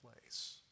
place